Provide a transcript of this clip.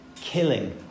killing